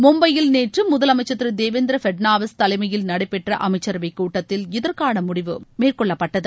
மும்பையில் நேற்று முதலமைச்சர் திரு தேவேந்திர ஃபட்னாவிஸ் தலைமையில் நடைபெற்ற அமைச்சரவைக் கூட்டத்தில் இதற்கான முடிவு மேற்கொள்ளக்கப்பட்டது